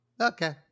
Okay